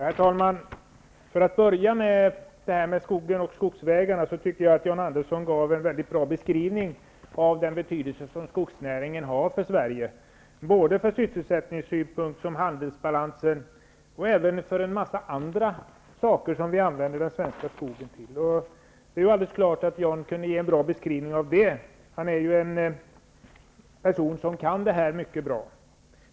Herr talman! För att börja med skogen och skogsägarna tycker jag att John Andersson gav en väldigt bra beskrivning av den betydelse som skogsnäringen har för Sverige, ur sysselsättningssynpunkt, för handelsbalansen och för en massa andra saker som vi använder den svenska skogen till. Det är alldeles klart att John kunde ge en bra beskrivning av det. Han är ju en person som kan det här mycket bra.